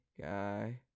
Guy